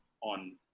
on